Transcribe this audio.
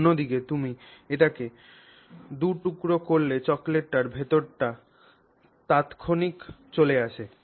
অন্যদিকে তুমি এটিকে দু টুকরো করলে চকোলেটের ভেতরটা তাৎক্ষনিক চলে আসে